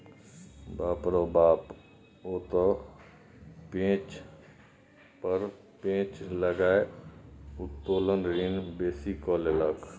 बाप रौ बाप ओ त पैंच पर पैंच लकए उत्तोलन ऋण बेसी कए लेलक